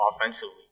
offensively